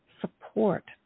support